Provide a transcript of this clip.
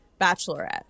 bachelorette